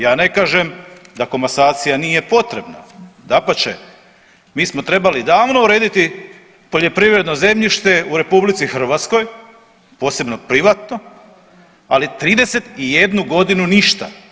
Ja ne kažem da komasacija nije potrebna, dapače, mi smo trebali davno urediti poljoprivredno zemljište u RH, posebno privatno, ali 31 godinu ništa.